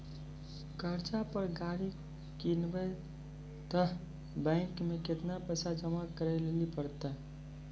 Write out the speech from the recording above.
कर्जा पर गाड़ी किनबै तऽ बैंक मे केतना पैसा जमा करे लेली पड़त?